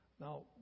Now